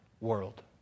world